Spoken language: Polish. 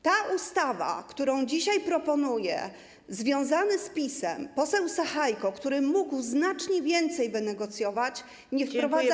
Ta ustawa, którą dzisiaj proponuje związany z PiS-em poseł Sachajko, który mógł znacznie więcej wynegocjować, nie wprowadza.